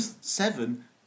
seven